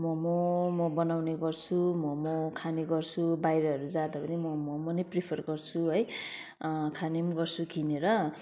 मोमो म बनाउने गर्छु मोमो खाने गर्छु बाहिरहरू जाँदा पनि म मोमो नै प्रिफर गर्छु है खाने पनि गर्छु किनेर